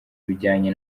ibijyanye